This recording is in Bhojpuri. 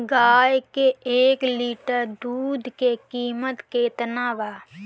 गाय के एक लिटर दूध के कीमत केतना बा?